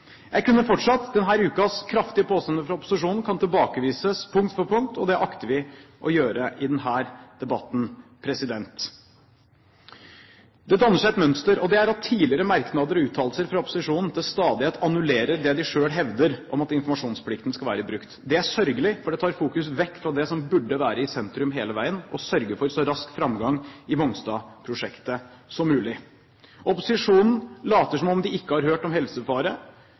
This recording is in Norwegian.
Jeg kunne fortsatt. Denne ukens kraftige påstander fra opposisjonen kan tilbakevises punkt for punkt, og det akter vi å gjøre i denne debatten. Det danner seg et mønster, og det er at tidligere merknader og uttalelser fra opposisjonen til stadighet annullerer det de selv hevder om at informasjonsplikten skal være brutt. Det er sørgelig, for det tar fokus vekk fra det som burde være i sentrum hele veien – å sørge for så rask framgang i Mongstad-prosjektet som mulig. Opposisjonen later som om de ikke har hørt om helsefare.